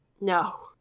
No